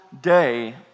day